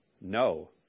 No